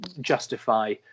justify